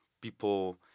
people